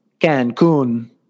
Cancun